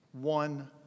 one